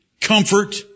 comfort